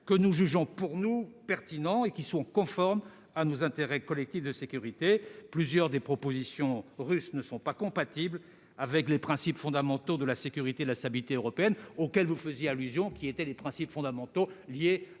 que nous jugeons pour nous pertinents et qui sont conformes à nos intérêts collectifs de sécurité. Or plusieurs des propositions russes ne sont pas compatibles avec les principes fondamentaux de la sécurité et de la stabilité européennes, auxquels vous faisiez allusion, et qui étaient ceux de l'accord